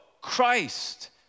Christ